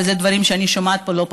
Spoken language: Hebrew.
ואלה דברים שאני שומעת פה לא פעם,